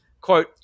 quote